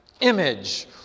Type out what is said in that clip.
image